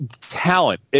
talent